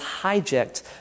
hijacked